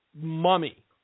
mummy